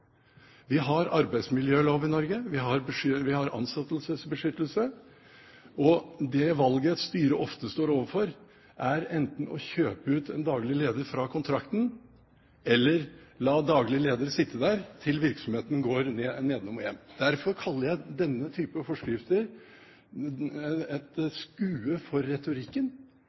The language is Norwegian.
Vi har arbeidsmiljølov i Norge, vi har ansettelsesbeskyttelse, og det valget et styre ofte står overfor, er enten å kjøpe ut en daglig leder fra kontrakten, eller la daglig leder sitte der til virksomheten går nedenom og hjem. Derfor kaller jeg denne typen forskrifter et skue for retorikken.